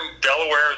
Delaware